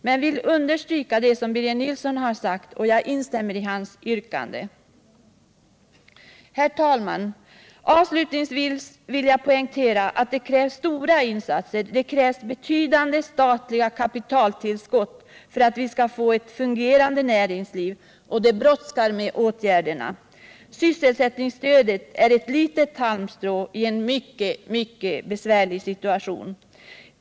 Men jag vill ändå understryka det som Birger Nilsson har sagt och instämmer i hans yrkande. Herr talman! Avslutningsvis vill jag poängtera att det krävs stora insatser. Det krävs betydande statliga kapitaltillskott för att vi skall få ett fungerande näringsliv och det brådskar med åtgärderna. Sysselsättningsstödet är ett litet halmstrå i en mycket besvärlig situation.